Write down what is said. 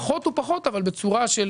פחות ופחות, בצורה של